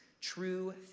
True